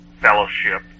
fellowship